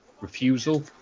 refusal